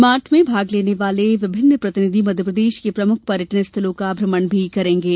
mart में भाग लेने वाले विभिन्न प्रतिनिधि मध्यप्रदेश के प्रमुख पर्यटन स्थलो का भ्रमण भी करेंगे